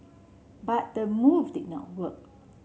but the move did not work